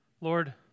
Lord